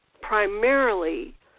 Primarily